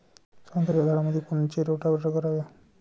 संत्र्याच्या झाडामंदी कोनचे रोटावेटर करावे?